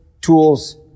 tools